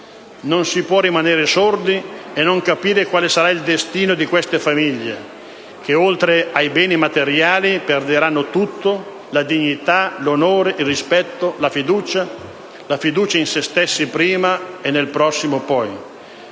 Non si può rimanere sordi e non capire quale sarà il destino di queste famiglie che, oltre ai beni materiali, perderanno tutto: la dignità, l'onore, il rispetto e la fiducia (la fiducia in se stessi, prima, e nel prossimo, poi).